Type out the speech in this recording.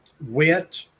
wet